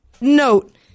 note